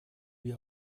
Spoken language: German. wir